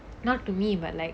not to me but like